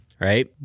right